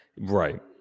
Right